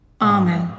Amen